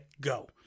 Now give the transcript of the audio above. go